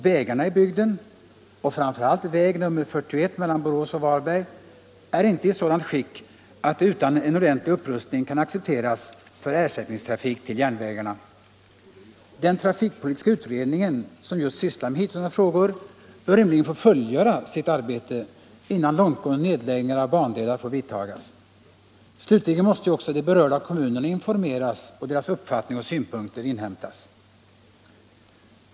Vägarna i bygden — framför allt väg nr 41 mellan Borås och Varberg —- är inte i sådant skick att de utan en ordentlig upprustning kan accepteras för ersättningstrafik. Den trafikpolitiska utredningen, som just sysslar med hithörande frågor, bör rimligen få fullgöra sitt arbete innan omfattande nedläggningar av bandelar får vidtagas. Slutligen måste också de berörda kommunerna informeras och deras uppfattning och synpunkter inhämtas.